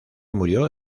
murió